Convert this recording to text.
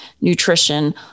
nutrition